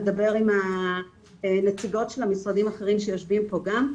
לדבר עם הנציגות של המשרדים האחרים שישובים פה גם,